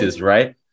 right